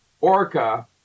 Orca